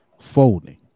folding